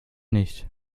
nicht